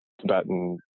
tibetan